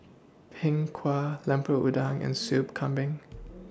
Png Kueh Lemper Udang and Soup Kambing